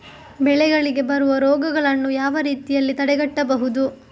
ಬೆಳೆಗಳಿಗೆ ಬರುವ ರೋಗಗಳನ್ನು ಯಾವ ರೀತಿಯಲ್ಲಿ ತಡೆಗಟ್ಟಬಹುದು?